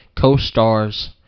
Co-stars